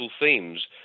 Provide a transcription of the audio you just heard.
themes